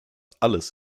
alles